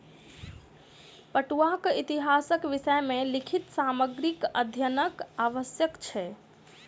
पटुआक इतिहासक विषय मे लिखित सामग्रीक अध्ययनक आवश्यक छै